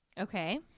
okay